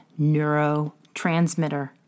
neurotransmitter